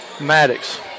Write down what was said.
Maddox